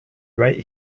right